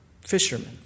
fishermen